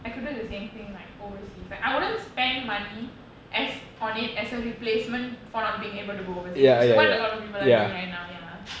I could do the same thing like overseas like I wouldn't spend money as on it as a replacement for not being able to go overseas which is what a lot of people are doing right now ya